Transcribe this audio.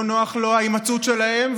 לא נוחה לו ההימצאות שלהם,